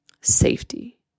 safety